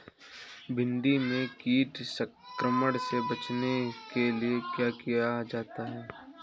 भिंडी में कीट संक्रमण से बचाने के लिए क्या किया जाए?